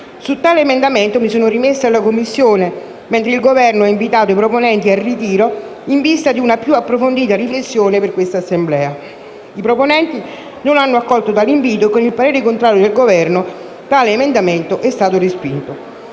Su tale emendamento mi sono rimessa alla Commissione, mentre il Governo ha invitato i proponenti al ritiro in vista di una più approfondita riflessione per questa Assemblea. I proponenti non hanno accolto tale invito e, con il parere contrario del Governo, tale emendamento è stato respinto.